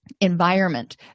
environment